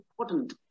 important